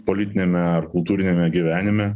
politiniame ar kultūriniame gyvenime